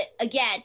again